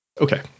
Okay